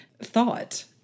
thought